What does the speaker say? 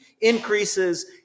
increases